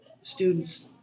students